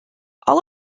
all